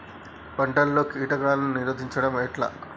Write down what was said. పంటలలో కీటకాలను నిరోధించడం ఎట్లా?